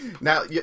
Now